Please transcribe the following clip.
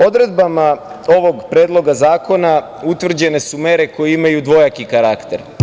Odredbama ovog Predloga zakona utvrđene su mere koje imaju dvojaki karakter.